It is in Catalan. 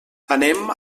anem